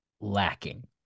lacking